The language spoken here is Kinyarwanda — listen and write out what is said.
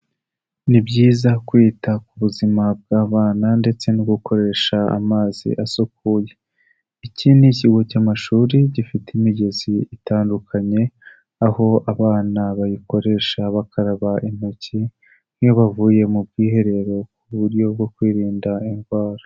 Ni byiza kwita ku buzima bw'abana ndetse no gukoresha amazi asukuye, iki ni ikigo cy'amashuri gifite imigezi itandukanye, aho abana bayikoresha bakaraba intoki nk'iyo bavuye mu bwiherero ku buryo bwo kwirinda indwara.